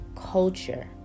Culture